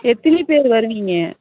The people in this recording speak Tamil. எத்தினி பேர் வருவீங்க